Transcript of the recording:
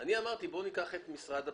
אמרתי: בואו ניקח את משרד הפנים,